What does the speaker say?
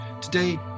Today